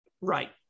Right